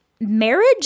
marriage